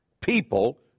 People